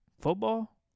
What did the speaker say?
Football